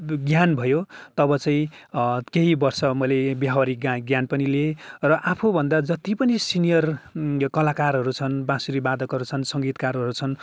ज्ञान भयो तब चाहिँ केही वर्ष मैले व्यवहारिक ज्ञान पनि लिए र आफूभन्दा जति पनि सिनियर कलाकारहरू छन् बाँसुरी वादकहरू छन् सङ्गीतकारहरू छन्